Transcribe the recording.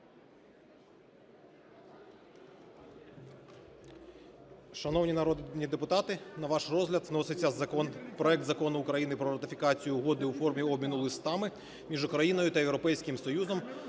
Шановні народні депутати, на ваш розгляд виноситься проект Закону про ратифікацію Угоди у формі обміну листами між Україною та Європейським Союзом